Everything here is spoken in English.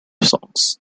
songs